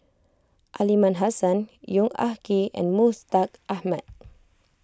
Aliman Hassan Yong Ah Kee and Mustaq Ahmad